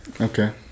Okay